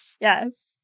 Yes